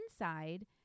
inside